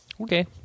okay